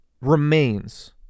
remains